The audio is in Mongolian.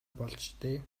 болжээ